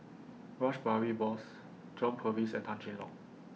Rash Behari Bose John Purvis and Tan Cheng Lock